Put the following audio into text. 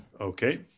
Okay